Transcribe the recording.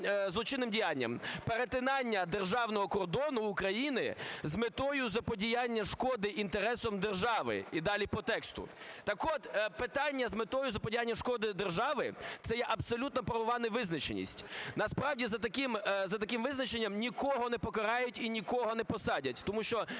діянням: "Перетинання державного кордону України з метою заподіяння шкоди інтересам держави..." – і далі по тексту. Так от, питання "з метою заподіяння шкоди державі" – це є абсолютно правова невизначеність. Насправді за таким визначенням нікого не покарають і нікого не посадять,